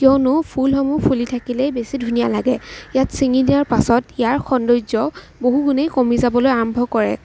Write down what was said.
কিয়নো ফুলসমূহ ফুলি থাকিলে বেছি ধুনীয়া লাগে ইয়াক চিঙি দিয়াৰ পাছত ইয়াৰ সৌন্দৰ্য্য বহুগুণেই কমি যাবলৈ আৰম্ভ কৰে